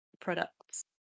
products